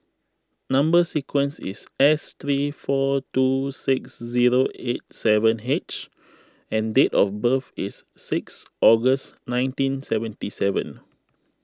Number Sequence is S three four two six zero eight seven H and date of birth is six August nineteen seventy seven